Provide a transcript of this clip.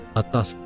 atas